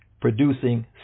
producing